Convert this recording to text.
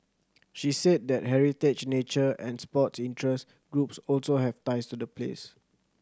she said that heritage nature and sports interest groups also have ties to the place